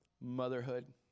motherhood